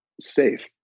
safe